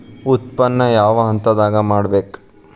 ಉತ್ಪನ್ನ ಯಾವ ಹಂತದಾಗ ಮಾಡ್ಬೇಕ್?